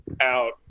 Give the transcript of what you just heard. out